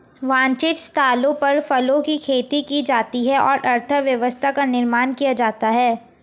वांछित स्थलों पर फलों की खेती की जाती है और अर्थव्यवस्था का निर्माण किया जाता है